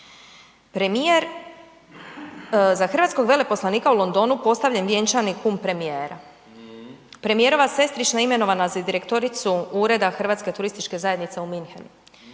Premijer za hrvatskog veleposlanika u Londonu postavljen vjenčani kum premijera. Premijerova sestrična imenovana za direktoricu ureda Hrvatske turističke zajednice u Münchenu.